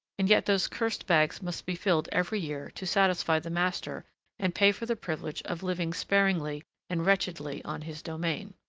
and yet those cursed bags must be filled every year to satisfy the master and pay for the privilege of living sparingly and wretchedly on his domain.